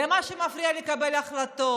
זה מה שמפריע לקבל החלטות,